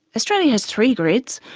australia has three grids,